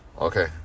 Okay